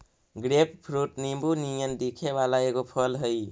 grapefruit नींबू नियन दिखे वला एगो फल हई